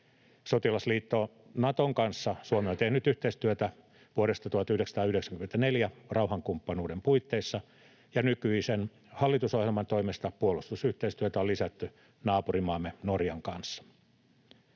Sotilasliitto Naton kanssa Suomi on tehnyt yhteistyötä vuodesta 1994 rauhankumppanuuden puitteissa, ja nykyisen hallitusohjelman toimesta puolustusyhteistyötä on lisätty naapurimaamme Norjan kanssa.